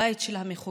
הבית של המחוקקים,